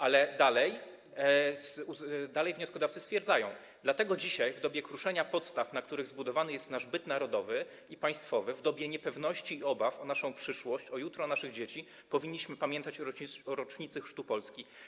Ale dalej wnioskodawcy stwierdzają: Dlatego dzisiaj, w dobie kruszenia podstaw, na których zbudowany jest nasz byt narodowy i państwowy, w dobie niepewności i obaw o naszą przyszłość, o jutro naszych dzieci, powinniśmy pamiętać o rocznicy chrztu Polski.